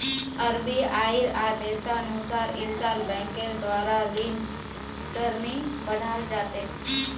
आरबीआईर आदेशानुसार इस साल बैंकेर द्वारा ऋण दर नी बढ़ाल जा तेक